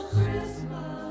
Christmas